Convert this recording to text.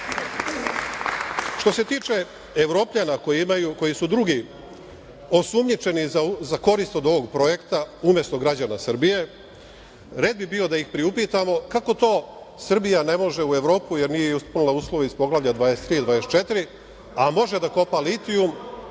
se tiče Evropljana koji su drugi osumnjičeni za korist od ovog projekta, umesto građana Srbije, red bi bio da ih priupitamo - kako to Srbija ne može u Evropu, jer nije ispunila uslove iz Poglavlja 23, 24, a može da kopa litijum